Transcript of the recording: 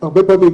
הרבה פעמים,